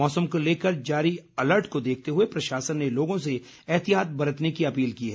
मौसम को लेकर जारी अलर्ट को देखते हुए प्रशासन ने लोगों से एहतियात बरतने की अपील की है